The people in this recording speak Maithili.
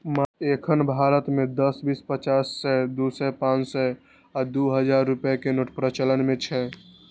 एखन भारत मे दस, बीस, पचास, सय, दू सय, पांच सय आ दू हजार रुपैया के नोट प्रचलन मे छै